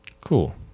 Cool